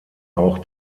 auch